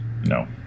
No